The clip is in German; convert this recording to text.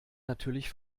natürlich